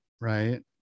right